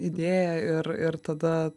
idėją ir ir tada